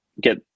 get